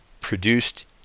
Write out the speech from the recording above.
produced